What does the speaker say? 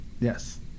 Yes